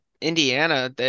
Indiana